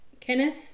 Kenneth